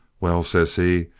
well, says he,